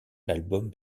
l’album